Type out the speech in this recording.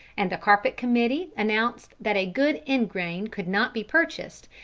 and the carpet committee announce that a good ingrain could not be purchased,